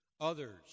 others